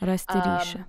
rasti ryšį